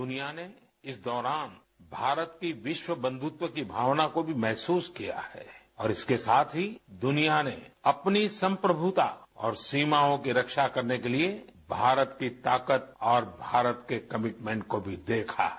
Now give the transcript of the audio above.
दुनिया ने इस दौरान भारत की विश्व बंधुत्व की भावना को भी महसूस किया है और इसके साथ ही दुनिया ने अपनी संप्रभुता और सीमाओं की रक्षा करने के लिए भारत की ताकत और भारत के कमिटमेंट को भी देखा है